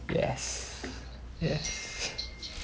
yes yes